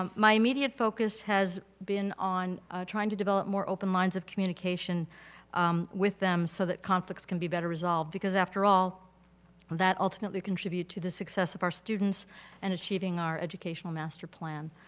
um my immediate focus has been on trying to develop more open lines of communication with them so that conflicts can be better resolved because after all that ultimately contribute to the success of our students and achieving our educational master plan.